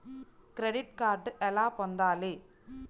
Credit card ఎలా పొందాలి?